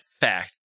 fact